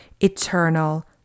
eternal